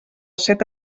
set